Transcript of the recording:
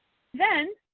then,